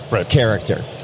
character